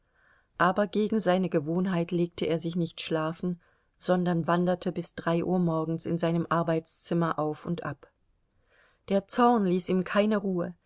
aber gegen seine gewohnheit legte er sich nicht schlafen sondern wanderte bis drei uhr morgens in seinem arbeitszimmer auf und ab der zorn ließ ihm keine ruhe